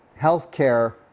healthcare